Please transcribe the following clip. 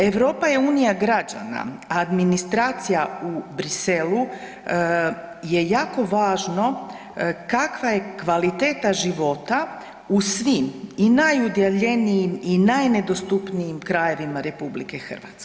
Europa je unija građana, administracija u Bruxellesu je jako važno kakva je kvaliteta života u svim i najudaljenijim i najnedostupnijim krajevima RH.